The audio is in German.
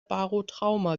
barotrauma